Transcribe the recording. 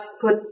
put